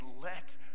let